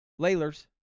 Layler's